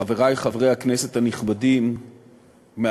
חברי חברי הכנסת הנכבדים מהקואליציה,